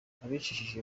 abicishije